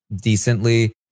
decently